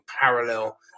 parallel